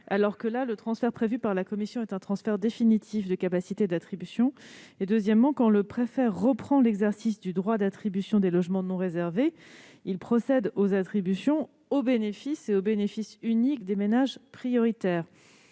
pour un tour, le transfert prévu par la commission est un transfert définitif des capacités d'attribution. Deuxièmement, lorsque le préfet reprend l'exercice du droit d'attribution des logements non réservés, il procède aux attributions au bénéfice unique des ménages prioritaires,